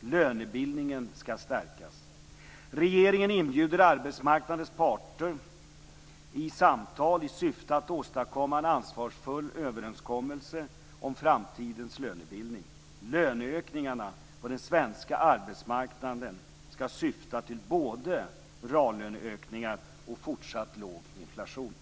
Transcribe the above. Lönebildningen skall stärkas. Regeringen inbjuder arbetsmarknadens parter till samtal i syfte att åstadkomma en ansvarsfull överenskommelse om framtidens lönebildning. Löneökningarna på den svenska arbetsmarknaden skall syfta till både reallöneökningar och fortsatt låg inflation.